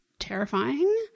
terrifying